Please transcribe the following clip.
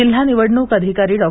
जिल्हा निवडणूक अधिकारी डॉ